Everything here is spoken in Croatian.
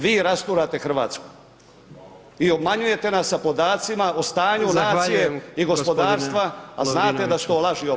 Vi rasturate Hrvatsku i obmanjujete nas sa podacima o stanju nacije i gospodarstva a znate da su to laži i obmane.